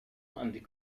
and